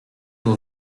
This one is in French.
vos